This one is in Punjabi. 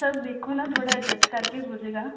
ਸਰ ਵੇਖੋ ਨਾ ਥੋੜ੍ਹਾ ਅਜਸਟ ਕਰਕੇ ਹੋ ਜਾਏਗਾ